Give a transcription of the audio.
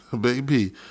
baby